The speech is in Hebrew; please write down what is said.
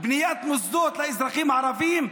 בניית מוסדות לאזרחים הערבים,